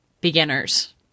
beginners